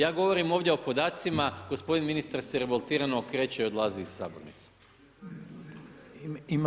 Ja govorim ovdje o podacima, gospodin ministar se revoltirano okreće i odlazi iz Sabornice.